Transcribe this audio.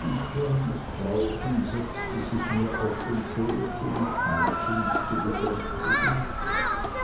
mein kleines frauchen setzte sich mir auf den schoß um mich schmeichelnd zu besänftigen